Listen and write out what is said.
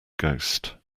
ghost